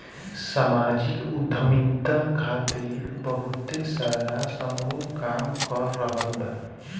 सामाजिक उद्यमिता खातिर बहुते सारा समूह काम कर रहल बा